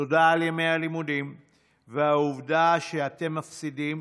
תודה על ימי הלימודים והעבודה שאתם מפסידים,